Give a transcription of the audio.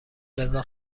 رضا